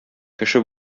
кеше